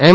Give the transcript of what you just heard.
એમ